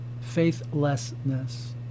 faithlessness